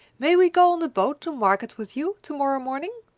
may we go on the boat to market with you to-morrow morning?